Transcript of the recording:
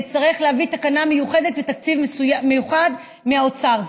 נצטרך להביא תקנה מיוחדת לתקציב מיוחד מהאוצר.